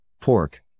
pork